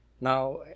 now